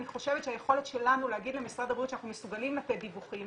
אני חושבת שהיכולת שלנו להגיד למשרד הבריאות שאנחנו מסוגלים לתת דיווחים